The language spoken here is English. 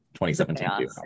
2017